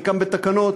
חלקם בתקנות.